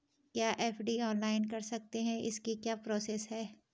क्या FD online कर सकते हैं इसकी क्या प्रोसेस है?